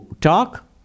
talk